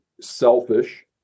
selfish